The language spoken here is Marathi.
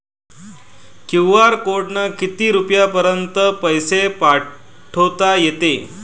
क्यू.आर कोडनं किती रुपयापर्यंत पैसे पाठोता येते?